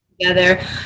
together